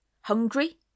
Hungry